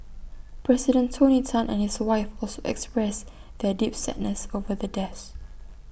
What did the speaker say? president tony Tan and his wife also expressed their deep sadness over the deaths